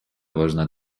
важна